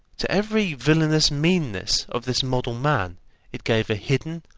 to every villainous meanness of this model man it gave a hidden,